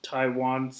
Taiwan